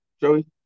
Joey